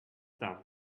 thumb